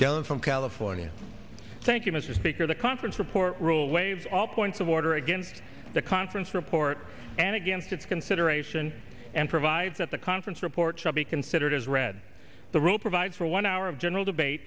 joan from california thank you mr speaker the conference report rule waive all points of order against the conference report and against its consideration and provides at the conference report shall be considered as read the rule provides for a one hour of general debate